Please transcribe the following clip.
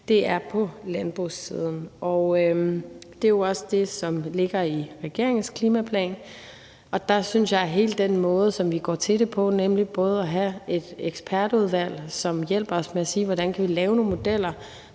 er på landbrugssiden. Det er jo også det, som ligger i regeringens klimaplan. Måden, vi går til det på, er bl.a. ved at have et ekspertudvalg, som hjælper os med at sige, hvordan kan vi lave nogle modeller,